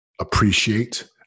appreciate